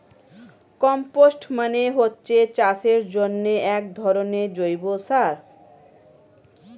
compost মানে হচ্ছে চাষের জন্যে একধরনের জৈব সার